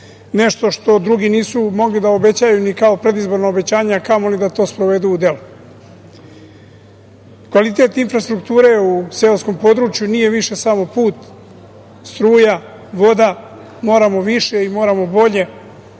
nešto što drugi nisu mogli da obećaju ni kao predizborno obećanje, a kamoli da to sprovedu u delo. Kvalitet infrastrukture u seoskom području nije više samo put, struja, voda, moramo više i moramo bolje.